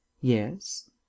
Yes